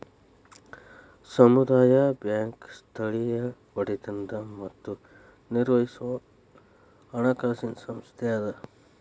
ಸಮುದಾಯ ಬ್ಯಾಂಕ್ ಸ್ಥಳೇಯ ಒಡೆತನದ್ ಮತ್ತ ನಿರ್ವಹಿಸೊ ಹಣಕಾಸಿನ್ ಸಂಸ್ಥೆ ಅದ